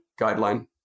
guideline